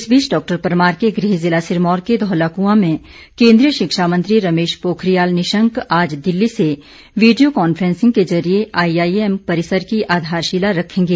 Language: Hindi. इस बीच डॉक्टर परमार के गृह ज़िला सिरमौर के धौलाक़ंआ में केन्द्रीय शिक्षा मंत्री रमेश पोखरियाल निशंक आज दिल्ली से वीडियो कांफ्रेंसिंग के जरिए आई आई एम परिसर की आधारशिला रखेंगे